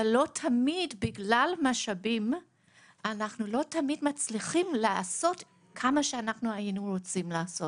אבל בגלל משאבים אנחנו לא תמיד מצליחים לעשות כמה שהיינו רוצים לעשות.